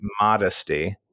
modesty